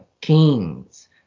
kings